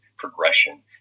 progression